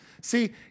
See